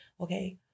okay